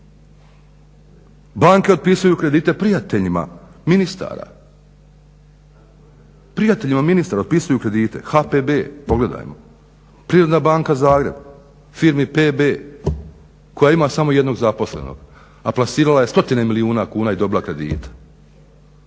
Banke otpisuju kredite prijateljima ministara. HPB pogledajmo, Privredna banka Zagreb firmi PB koja ima samo jednog zaposlenog a plasirala je stotine milijuna kuna i dobila kredita.